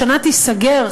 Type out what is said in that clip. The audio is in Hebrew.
השנה תיסגר,